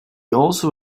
also